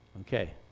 Okay